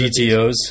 GTOs